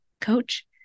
coach